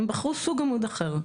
בחרו סוג עמוד אחר.